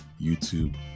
YouTube